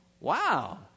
wow